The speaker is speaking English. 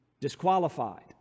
disqualified